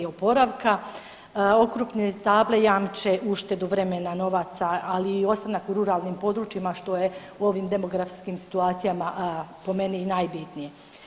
Okrupne table jamče uštedu vremena novaca, ali i ostanak u ruralnim područjima što je u ovim demografskim situacijama po meni i najbitnije.